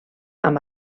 amb